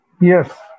Yes